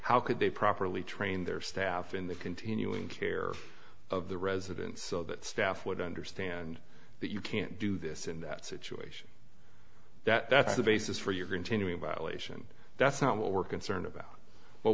how could they properly train their staff in the continuing care of the residents so that staff would understand that you can't do this in that situation that that's the basis for your continued validation that's not what we're concerned about w